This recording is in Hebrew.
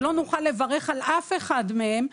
שלא נוכל לברך על אף אחד מהם,